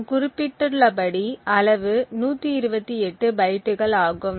நாம் குறிப்பிட்டுள்ளபடி அளவு 128 பைட்டுகள் ஆகும்